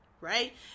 right